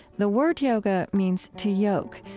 the word yoga means to yoke,